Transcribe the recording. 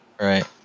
Right